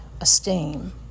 esteem